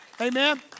Amen